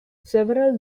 several